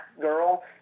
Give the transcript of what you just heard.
girl